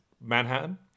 Manhattan